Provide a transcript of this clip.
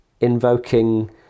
invoking